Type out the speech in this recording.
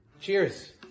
Cheers